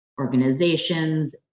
organizations